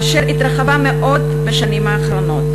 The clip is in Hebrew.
אשר התרחבה מאוד בשנים האחרונות.